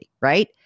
right